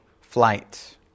flight